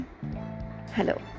hello